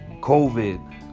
COVID